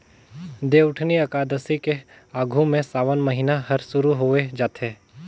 देवउठनी अकादसी के आघू में सावन महिना हर सुरु होवे जाथे